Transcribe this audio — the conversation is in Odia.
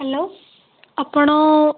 ହ୍ୟାଲୋ ଆପଣ